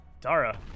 Dara